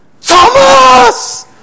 Thomas